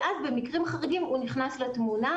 ואז במקרים חריגים הוא נכנס לתמונה